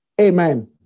Amen